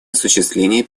осуществления